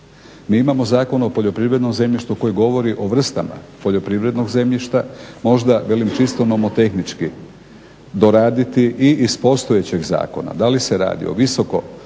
Mi imamo Zakon o poljoprivrednom zemljištu koji govori o vrstama poljoprivrednog zemljišta, možda velim, čisto nomotehnički doraditi i iz postojećeg zakona, da li se radi o visoko